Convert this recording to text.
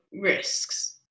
risks